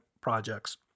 projects